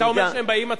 אתה אומר שהם באים,